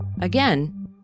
Again